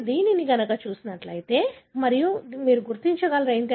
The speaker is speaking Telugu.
మీరు దీనిని చూస్తే మరియు మీరు గుర్తించగలరు